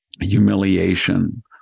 humiliation